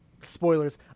spoilers